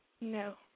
No